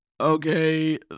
okay